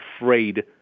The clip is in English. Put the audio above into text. afraid